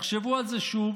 תחשבו על זה שוב